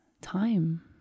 time